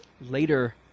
later